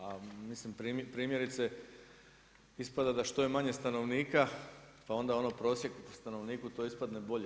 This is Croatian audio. A mislim primjerice, ispada da što je manje stanovnika pa onda ono prosjek po stanovniku to ispadne bolje.